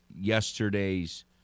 yesterday's